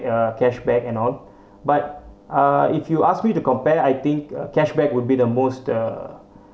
uh cashback and all but uh if you ask me to compare I think uh cashback would be the most the